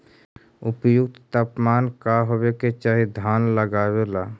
उपयुक्त तापमान का होबे के चाही धान लगावे ला?